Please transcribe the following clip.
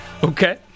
Okay